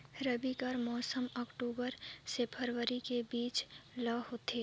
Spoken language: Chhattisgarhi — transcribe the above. रबी कर मौसम अक्टूबर से फरवरी के बीच ल होथे